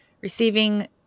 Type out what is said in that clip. receiving